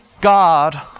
God